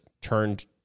turned